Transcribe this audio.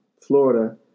Florida